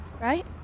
right